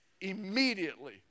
immediately